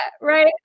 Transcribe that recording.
right